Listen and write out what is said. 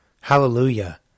Hallelujah